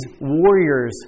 warriors